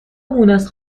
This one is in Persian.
مونس